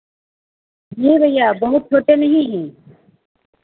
नहीं भैया बहुत छोटे नहीं हैं